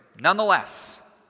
Nonetheless